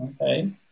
okay